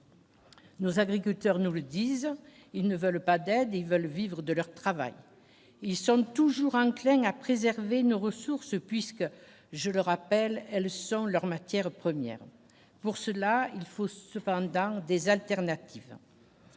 Nos agriculteurs nous le disent : ils ne veulent pas d'aide et veulent vivre de leur travail, ils sont toujours enclin à préserver nos ressources puisque je le rappelle, elles sont leurs matières premières pour cela, il faut cependant des alternatives.